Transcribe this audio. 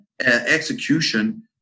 execution